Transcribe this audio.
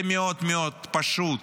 זה מאוד מאוד פשוט.